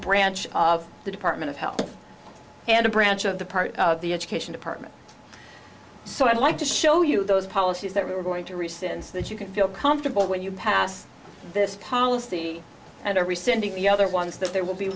branch of the department of health and a branch of the part of the education department so i'd like to show you those policies that we're going to rescind so that you can feel comfortable when you pass this policy and a rescinding the other ones that there will be